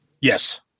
Yes